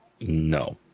No